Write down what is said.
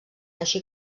així